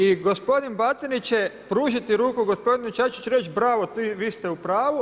I gospodin Batinić će pružiti ruku gospodinu Čačiću i reć bravo vi ste u pravu.